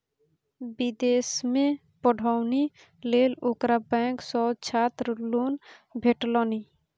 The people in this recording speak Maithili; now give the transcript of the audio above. विदेशमे पढ़ौनी लेल ओकरा बैंक सँ छात्र लोन भेटलनि